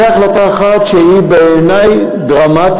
זו החלטה אחת שהיא בעיני דרמטית,